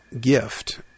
gift